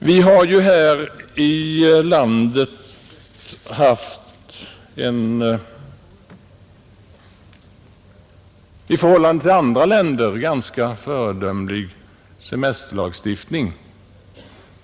Vi har här i landet haft en i förhållande till många andra länder ganska föredömlig semesterlagstiftning.